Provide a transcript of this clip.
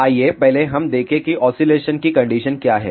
आइए पहले हम देखें कि ऑसीलेशन की कंडीशन क्या है